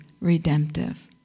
redemptive